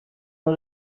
اون